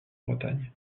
bretagne